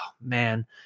man